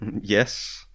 Yes